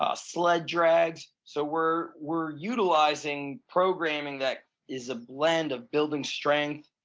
ah sled drags. so we're we're utilizing programming that is a blend of building strength,